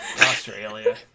australia